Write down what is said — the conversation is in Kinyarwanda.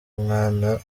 umwana